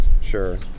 sure